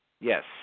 yes